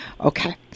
Okay